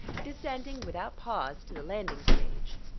descending without pause to the landing-stage.